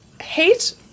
hate